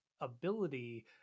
ability